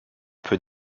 peu